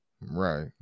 Right